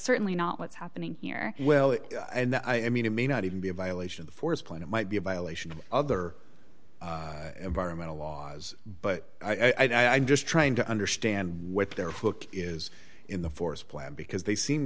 certainly not what's happening here well and i mean it may not even be a violation of the forest plan it might be a violation of other environmental laws but i just trying to understand what their hook is in the forest plan because they seem